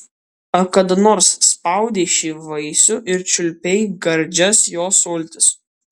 ar kada nors spaudei šį vaisių ir čiulpei gardžias jo sultis